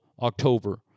October